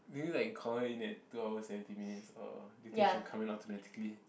do you like call her in at two hours seventeen minutes or do you think she'll come in automatically